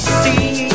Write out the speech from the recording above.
see